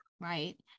right